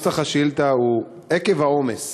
עקב העומס